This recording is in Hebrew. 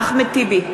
נגד אחמד טיבי,